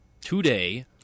today